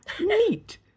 neat